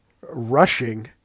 Rushing